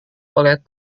oleh